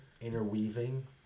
Interweaving